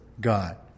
God